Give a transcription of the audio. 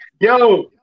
yo